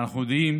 אנחנו יודעים